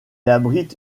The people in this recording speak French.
abrite